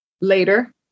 Later